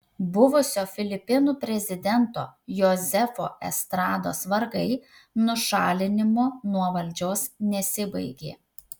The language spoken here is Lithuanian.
buvusio filipinų prezidento jozefo estrados vargai nušalinimu nuo valdžios nesibaigė